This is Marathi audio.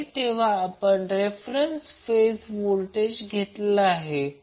तर प्रश्न असा आहे की येथे थोडेसे समजून घ्यावे लागेल